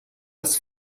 was